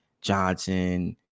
johnson